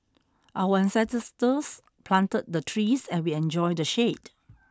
our ancestors planted the trees and we enjoy the shade